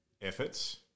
efforts